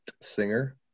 Singer